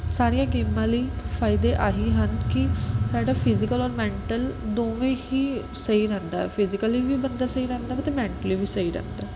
ਸਾਰੀਆਂ ਗੇਮਾਂ ਲਈ ਫਾਇਦੇ ਇਹ ਹੀ ਹਨ ਕਿ ਸਾਡਾ ਫਿਜ਼ੀਕਲ ਔਰ ਮੈਂਟਲ ਦੋਵੇਂ ਹੀ ਸਹੀ ਰਹਿੰਦਾ ਫਿਜ਼ੀਕਲੀ ਵੀ ਬੰਦਾ ਸਹੀ ਰਹਿੰਦਾ ਵਾ ਅਤੇ ਮੈਂਟਲੀ ਵੀ ਸਹੀ ਰਹਿੰਦਾ